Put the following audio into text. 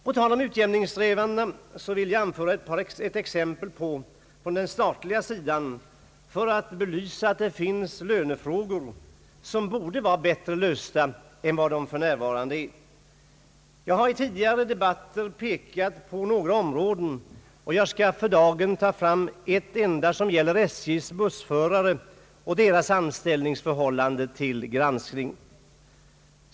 På tal om utjämningssträvandena vill jag ge ett par exempel från den statliga sidan för att belysa att det finns lönefrågor, som borde vara bättre lösta än vad de för närvarande är. Jag har i tidigare debatter pekat på några områden, och jag skall för dagen ta fram ett enda: Det gäller SJ:s bussförare och deras anställningsförhållanden.